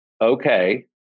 okay